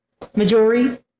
Majori